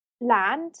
land